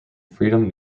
freedom